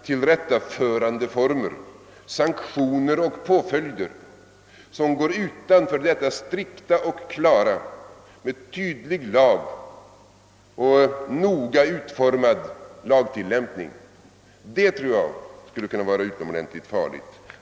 Tillrättaförandeformer, sanktioner och påföljder som går utanför en strikt och klar lag och en noga utformad lagtillämpning skulle vara utomordentligt farliga.